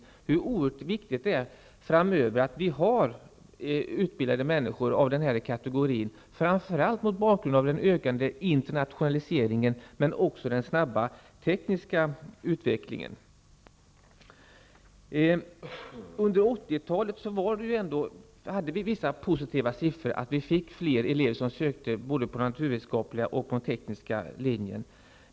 Det är oerhört viktigt att vi framöver har utbildade människor av denna kategori, framför allt mot bakgrund av den ökade internationaliseringen, men också den snabba tekniska utvecklingen. Under 80-talet fick vi vissa positiva siffror, och fler elever sökte till både den naturvetenskapliga och den tekniska linjen.